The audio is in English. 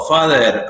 Father